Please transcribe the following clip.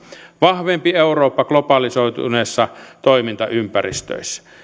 vahvempi eurooppa globalisoituneessa toimintaympäristössä